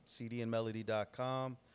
cdandmelody.com